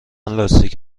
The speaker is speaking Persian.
لاستیک